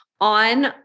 on